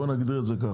בוא נגדיר את זה ככה,